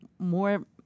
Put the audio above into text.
More